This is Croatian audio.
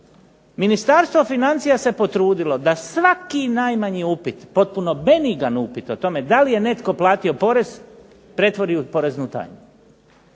Ministarstvo financija se potrudila da svaki i najmanji upit potpuno benigan upit o tome da li je netko platio porez pretvori u poreznu tajnu.